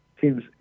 Seems